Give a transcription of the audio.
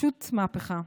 פשוט מהפכה.